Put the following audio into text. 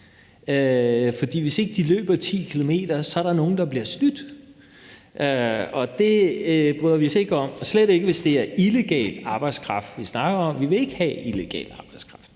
For hvis ikke de løbe 10 km, er der nogle, der bliver snydt, og det bryder vi os ikke om, slet ikke, hvis det er illegal arbejdskraft, vi snakker om. Vi vil ikke have illegal arbejdskraft.